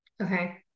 okay